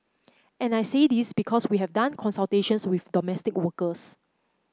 and I say this because we have done consultations with domestic workers